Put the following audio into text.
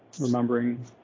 remembering